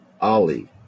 Ali